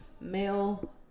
male